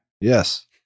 Yes